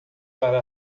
para